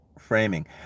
framing